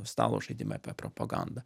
stalo žaidimą apie propagandą